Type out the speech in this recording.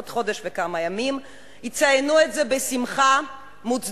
בעוד חודש וכמה ימים יציינו את זה בשמחה מוצדקת